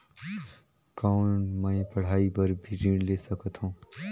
कौन मै पढ़ाई बर भी ऋण ले सकत हो?